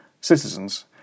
citizens